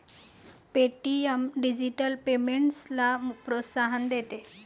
Paytm digital पेमेंट्सला प्रोत्साहन देते